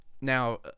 Now